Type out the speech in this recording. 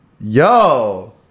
yo